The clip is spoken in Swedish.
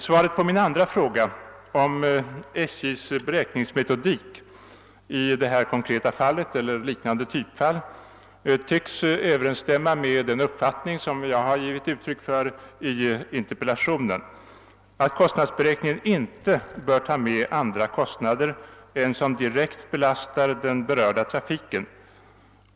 Svaret på min andra fråga om SJ:s beräkningsmetodik i det konkreta fallet eller liknande typfall tycks överensstämma med den uppfattning som jag har givit uttryck för i interpellationen, nämligen att kostnadsberäkningen inte bör ta med andra kostnader än som direkt belastar den berörda trafiken.